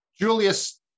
Julius